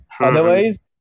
otherwise